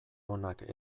onak